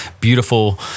beautiful